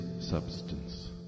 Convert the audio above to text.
substance